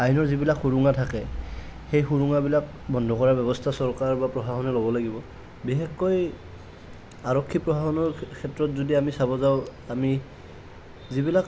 আইনৰ যিবিলাক সুৰঙা থাকে সেই সুৰুঙাবিলাক বন্ধ কৰাৰ ব্যৱস্থা চৰকাৰ বা প্ৰশাসনে ল'ব লাগিব বিশেষকৈ আৰক্ষী প্ৰশাসনৰ ক্ষেত্ৰত যদি আমি চাব যাওঁ আমি যিবিলাক